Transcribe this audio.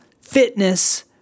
fitness